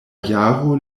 jaro